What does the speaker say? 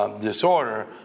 Disorder